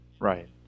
right